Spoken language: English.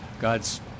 god's